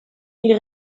ils